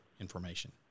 information